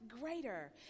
greater